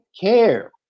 care